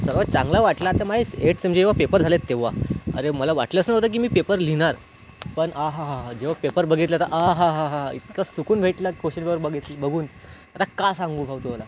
मला सर्वात चांगला वाटला तर माझे स् एट्थ सेम जेव्हा पेपर झाले तेव्हा अरे मला वाटलंच नव्हतं की मी पेपर लिहिणार पण आहा हा हा जेव्हा पेपर बघितलं तर आहा हा हा इतकं सुकून भेटला क्वेश्चन पेपर बघितल् बघून आता का सांगू भाऊ तुम्हाला